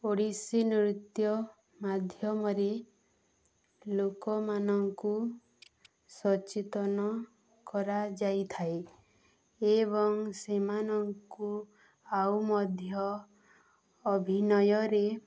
ଓଡ଼ିଶୀ ନୃତ୍ୟ ମାଧ୍ୟମରେ ଲୋକମାନଙ୍କୁ ସଚେତନ କରାଯାଇଥାଏ ଏବଂ ସେମାନଙ୍କୁ ଆଉ ମଧ୍ୟ ଅଭିନୟରେ